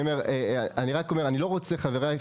חבריי,